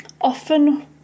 Often